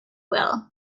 will